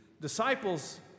disciples